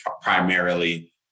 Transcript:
primarily